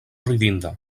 ridinda